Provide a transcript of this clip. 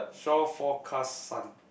shore forecast sun